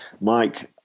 Mike